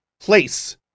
place